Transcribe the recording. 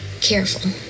careful